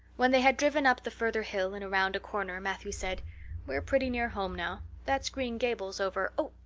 when they had driven up the further hill and around a corner matthew said we're pretty near home now. that's green gables over oh,